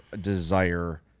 desire